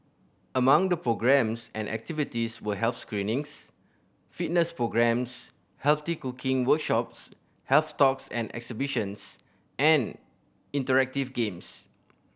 among the programmes and activities were health screenings fitness programmes healthy cooking workshops health talks and exhibitions and interactive games